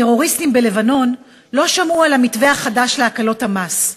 הטרוריסטים בלבנון לא שמעו על המתווה החדש להקלות המס.